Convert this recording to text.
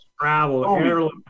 travel